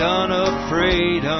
unafraid